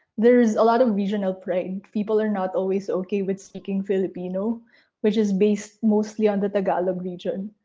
there's a lot of regional pride. and people are not always okay with speaking pilipino which is based mostly on the tagalog region.